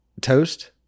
toast